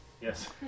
Yes